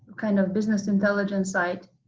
kind of business intelligence side.